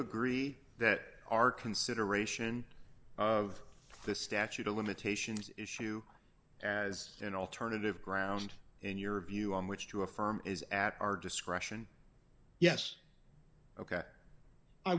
agree that our consideration of the statute of limitations issue as an alternative ground in your view on which to affirm is at our discretion yes ok